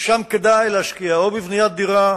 ששם כדאי להשקיע או בבניית דירות